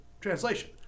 translation